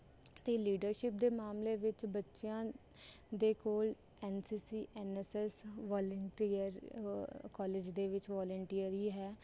ਅਤੇ ਲੀਡਰਸ਼ਿਪ ਦੇ ਮਾਮਲੇ ਵਿੱਚ ਬੱਚਿਆਂ ਦੇ ਕੋਲ N C C N S S volunteer college ਦੇ ਵਿੱਚ ਵੋਲੰਟੀਅਰੀ ਹੈ